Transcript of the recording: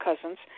cousins